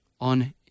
on